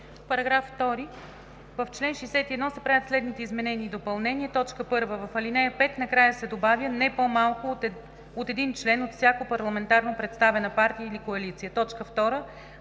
„§ 2. В чл. 61 се правят следните изменения и допълнения: 1. В ал. 5 накрая се добавя „но не по-малко от един член от всяка парламентарно представена партия или коалиция“. 2.